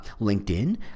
LinkedIn